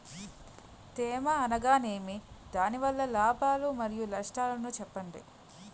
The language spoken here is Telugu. తేమ అనగానేమి? దాని వల్ల లాభాలు మరియు నష్టాలను చెప్పండి?